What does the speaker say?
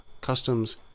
customs